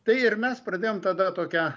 tai ir mes pradėjom tada tokią